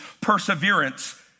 perseverance